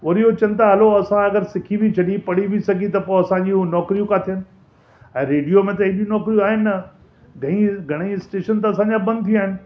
वरी हू चयनि था हलो असां सिखे बि छॾी पढ़ी बि सघी त पोइ असांजी उहे नौकरियूं किथे आहिनि ऐं रेडियो में त एॾियूं नौकरियूं आहिनि घई घणई स्टेशन त असांजा बंदि थी विया आहिनि